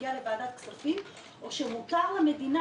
מגיע לוועדת הכספים או שמותר למדינה,